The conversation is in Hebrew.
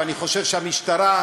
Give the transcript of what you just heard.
ואני חושב שהמשטרה,